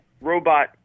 Robot